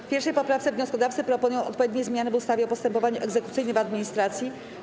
W 1. poprawce wnioskodawcy proponują odpowiednie zmiany w ustawie o postępowaniu egzekucyjnym w administracji.